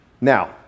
Now